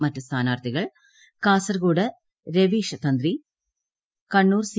മറ്റ് സ്ഥാനാർത്ഥികൾ കാസർഗോഡ് രവീശതന്ത്രി കണ്ണൂർ സി